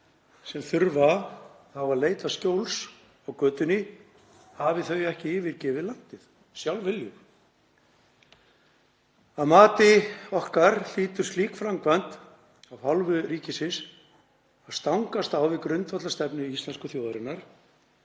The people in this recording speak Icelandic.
sem þurfa þá að leita skjóls á götunni, hafi þau ekki yfirgefið landið sjálfviljug. Að okkar mati hlýtur slík framkvæmd af hálfu ríkisins að stangast á við grundvallarstefnu íslensku þjóðarinnar